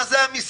מה זה המשחקים?